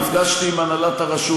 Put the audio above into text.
נפגשתי עם הנהלת הרשות.